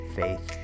faith